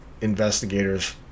investigators